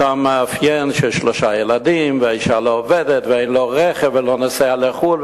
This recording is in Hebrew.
מאפיין של שלושה ילדים והאשה לא עובדת ואין לו רכב ולא נוסע לחו"ל,